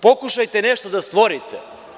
Pokušajte nešto da stvorite.